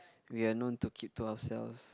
we are known to keep to ourselves